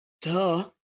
Duh